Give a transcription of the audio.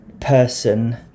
person